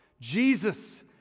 Jesus